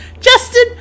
Justin